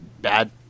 bad